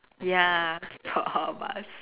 ya for both of us